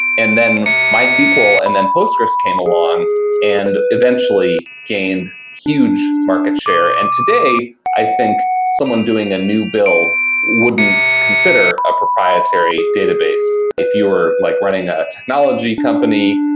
and then mysql and then postgres came along and eventually gained huge market share. and today, i think someone doing a new bill wouldn't consider a proprietary database. if you are like running a technology company,